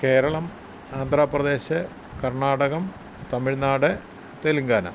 Keralam Andhra Pradesh Karnatakam Tamil Nadu Telangana